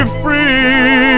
free